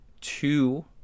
two